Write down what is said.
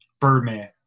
Birdman